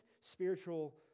spiritual